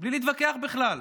בלי להתווכח בכלל.